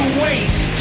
waste